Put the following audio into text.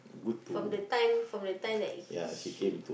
from the time from the time that he she